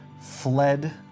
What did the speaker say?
fled